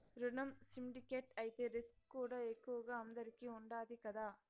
రునం సిండికేట్ అయితే రిస్కుకూడా ఎక్కువగా అందరికీ ఉండాది కదా